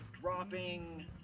dropping